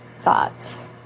thoughts